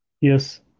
Yes